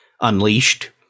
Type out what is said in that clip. Unleashed